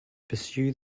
pursue